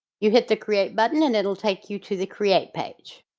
you hit the create button and it'll take you to the create page.